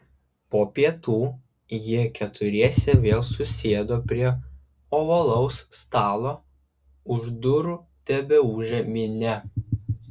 po pietų jie keturiese vėl susėdo prie ovalaus stalo už durų tebeūžė minia